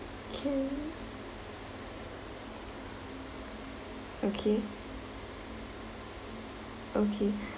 can okay okay